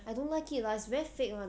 I don't like it lah it's very fake [one]